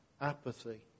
Apathy